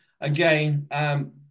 again